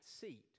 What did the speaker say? seat